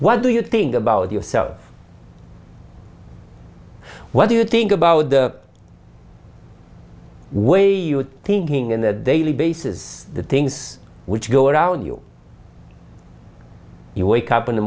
what do you thing about yourself what do you think about the way he was thinking in the daily basis the things which go around you you wake up in the